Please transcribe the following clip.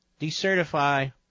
decertify